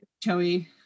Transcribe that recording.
Joey